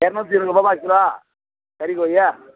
இரநூத்தி இருபது ருபாப்பா கிலோ கறி கோழியா